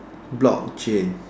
block chain